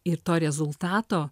ir to rezultato